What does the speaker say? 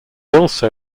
also